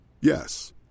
Yes